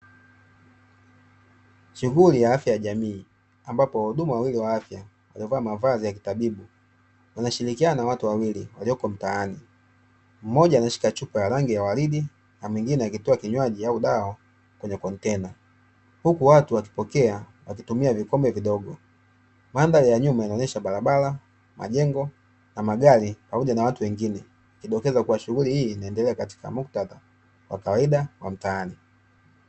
Shughuli ya afya za jamii ambapo wahudumu wawili wa afya wamevaa mavazi ya kitabibu, wanashrikiana na watu wawili waliopo mtaani. Mmoja ameshika chupa ya rangi ya waridi na mwingine akipewa kinywaji au dawa kwenye kontena, huku watu wakipokea wakitumia vikombe vidogo. Mandhari ya nyuma inaonyesha barabara, majengo na magari pamoja na watu wengine ikidokeza kuwa shughuli hii inaendelea katika muktadha wa kawaida wa mtaani.